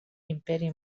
imperi